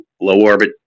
low-orbit